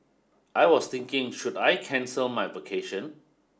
I was thinking should I cancel my vacation